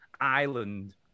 island